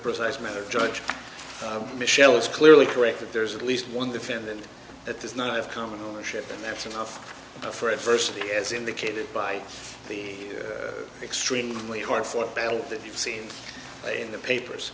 precise matter judge michele is clearly correct that there's at least one defendant that does not have common ownership and that's enough for adversity as indicated by the extremely hard fought battle that you see in the papers